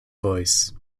voice